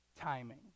timing